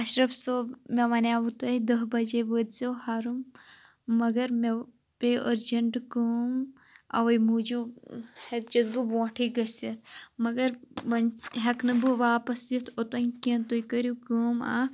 اشرف صٲب مےٚ ونیوُ تۄہہِ دہ بجے وٲتزیٚو ہرُن مگر مےٚ پے أرجنٹ کٲم اَوے موٗجوٗب ہیٚچِس بہٕ بونٹھٕے گٔژھتھ مگر وۄنۍ ہیٚکہٕ نہٕ بہِ واپس یِتھ اوٚتن کیٚنٛہہ تُہۍ کٔرِو کٲم اَکھ